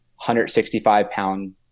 165-pound